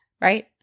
right